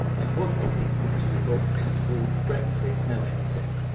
you want a sequel to your book. it's called brexit, no exit.